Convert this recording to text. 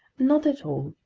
not at all.